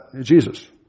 Jesus